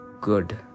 good